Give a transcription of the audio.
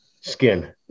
skin